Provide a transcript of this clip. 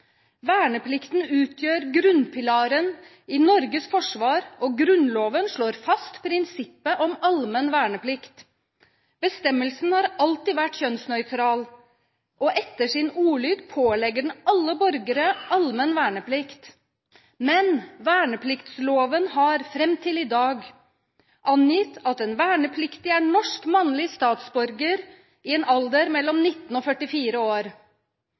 Verneplikten utgjør grunnpilaren i Norges forsvar, og Grunnloven slår fast prinsippet om allmenn verneplikt. Bestemmelsen har alltid vært kjønnsnøytral, og etter sin ordlyd pålegger den alle borgere allmenn verneplikt. Men vernepliktsloven har fram til i dag angitt at den vernepliktige er norsk mannlig statsborger i en alder mellom 19 og 44 år.